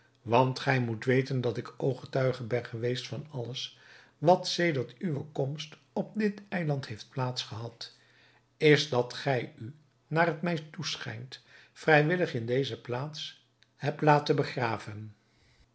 want gij moet weten dat ik ooggetuige ben geweest van alles wat sedert uwe komst op dit eiland heeft plaats gehad is dat gij u naar het mij toeschijnt vrijwillig in deze plaats hebt laten begraven